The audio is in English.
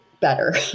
better